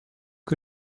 que